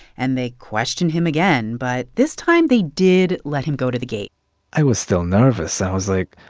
and they questioned him again. but this time, they did let him go to the gate i was still nervous. i was like,